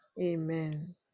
Amen